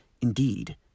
indeed